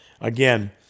again